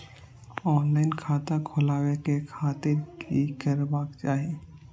Online खाता खोलाबे के खातिर कि करबाक चाही?